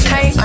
Hey